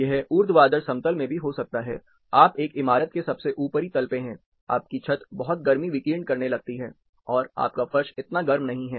यह ऊर्ध्वाधर समतल में भी हो सकता है आप एक इमारत के सबसे ऊपरी तल पे हैं आपकी छत बहुत गर्मी विकीर्ण करने लगती है और आपका फर्श इतना गर्म नहीं है